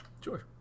Sure